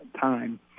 time